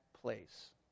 place